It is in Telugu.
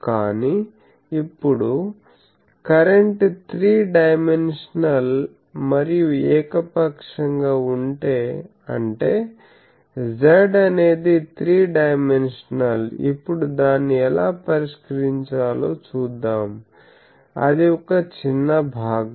కానీ ఇప్పుడు కరెంట్ 3 డైమెన్షనల్ మరియు ఏక పక్షంగా ఉంటే అంటే Z అనేది 3 డైమెన్షనల్ఇప్పుడు దాన్ని ఎలా పరిష్కరించాలో చూద్దాం అది ఒక చిన్న భాగం